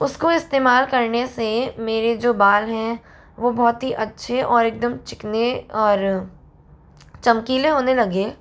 उसको इस्तेमाल करने से मेरे जो बाल हैं वह बहुत ही अच्छे और एकदम चिकने और चमकीले होने लगे